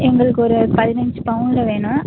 எங்களுக்கு ஒரு பதினைஞ்சு பவுனில் வேணும்